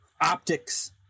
optics